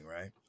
right